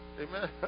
Amen